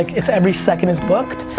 it's every second is booked.